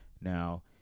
Now